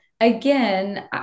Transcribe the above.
again